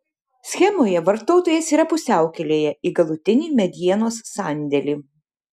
schemoje vartotojas yra pusiaukelėje į galutinį medienos sandėlį